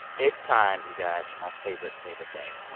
it's time, you guys, for my favorite, favorite game